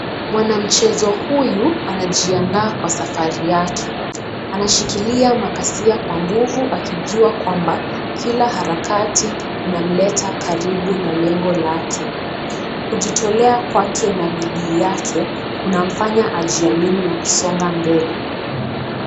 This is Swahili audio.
Mwanamchezo huyu anajiandaa kwa safari yake. Anashikilia makasia kwa nguvu akijua kwamba kila harakati inamleta karibu na lengo lake. Kujitolea kwake na bidii yake inamfanya ajiamini na kusonga mbele.